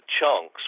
chunks